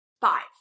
Five